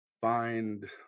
find